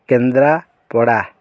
Kendrapara